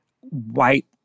white